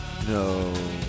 No